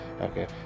Okay